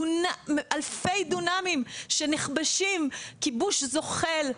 אלפי דונמים שנכבשים כיבוש זוחל,